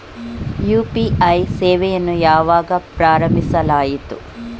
UPI ಸೇವೆಯನ್ನು ಯಾವಾಗ ಪ್ರಾರಂಭಿಸಲಾಯಿತು?